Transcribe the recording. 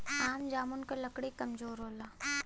आम जामुन क लकड़ी कमजोर होला